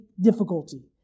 difficulty